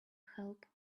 help